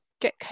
get